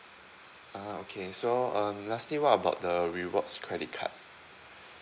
ah okay so um lastly what about the rewards credit card